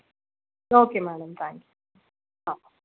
okay madam thank you